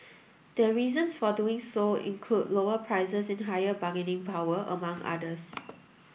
their reasons for doing so include lower prices and higher bargaining power among others